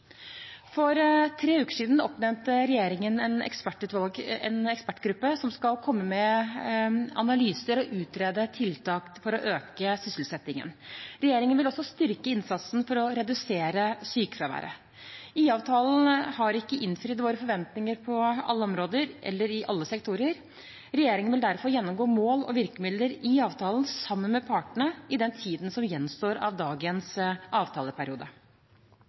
For tre uker siden oppnevnte regjeringen en ekspertgruppe som skal komme med analyser og utrede tiltak for å øke sysselsettingen. Regjeringen vil også styrke innsatsen for å redusere sykefraværet. IA-avtalen har ikke innfridd våre forventninger på alle områder eller i alle sektorer. Regjeringen vil derfor gjennomgå mål og virkemidler i avtalen sammen med partene i den tiden som gjenstår av dagens avtaleperiode.